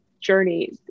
journey